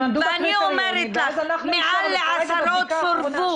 אני אומרת לך, מעל לעשרות סורבו.